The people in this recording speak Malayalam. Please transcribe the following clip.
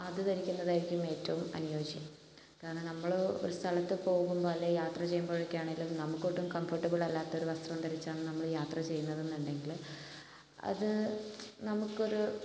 അത് ധരിക്കുന്നതായിരിക്കും ഏറ്റവും അനുയോജ്യം കാരണം നമ്മൾ ഒരു സ്ഥലത്ത് പോകുന്നു അല്ലേൽ യാത്ര ചെയ്യുമ്പോഴൊക്കെ ആണേലും നമുക്ക് ഒട്ടും കംഫർട്ടബിൾ അല്ലാത്തൊരു വസ്ത്രം ധരിച്ചാണ് നമ്മൾ യാത്ര ചെയ്യുന്നത് എന്നുണ്ടെങ്കിൽ അത് നമുക്കൊരു